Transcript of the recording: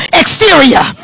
exterior